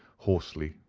hoarsely,